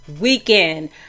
weekend